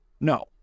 No